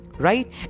right